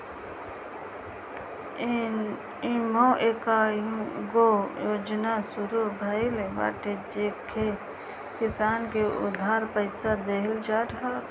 इमे कईगो योजना शुरू भइल बाटे जेसे किसान के उधार पईसा देहल जात हवे